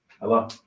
Hello